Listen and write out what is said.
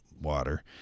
water